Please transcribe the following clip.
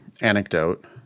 anecdote